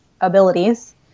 abilities